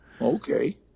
okay